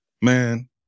Man